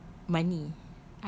with money